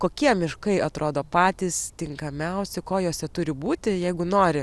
kokie miškai atrodo patys tinkamiausi ko juose turi būti jeigu nori